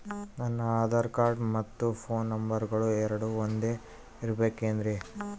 ನನ್ನ ಆಧಾರ್ ಕಾರ್ಡ್ ಮತ್ತ ಪೋನ್ ನಂಬರಗಳು ಎರಡು ಒಂದೆ ಇರಬೇಕಿನ್ರಿ?